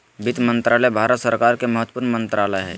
वित्त मंत्रालय भारत सरकार के महत्वपूर्ण मंत्रालय हइ